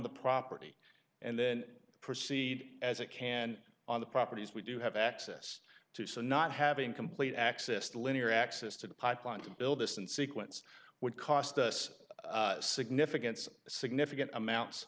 the property and then proceed as it can on the properties we do have access to so not having complete access to linear access to the pipeline to build this in sequence would cost us significant significant amounts